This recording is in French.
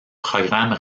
programmes